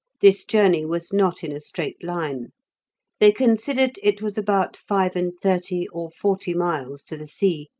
this journey was not in a straight line they considered it was about five-and-thirty or forty miles to the sea,